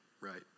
right